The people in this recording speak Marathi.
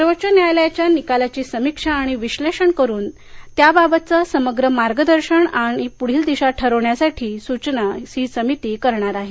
सर्वोच्च न्यायालयाच्या निकालाची समीक्षा आणि विश्लेषण करून त्याबाबतच समग्र मार्गदर्शन आणि पुढील दिशा ठरवण्यासाठी सूचना ही समिती करणार आहे